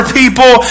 people